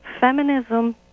feminism